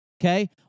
Okay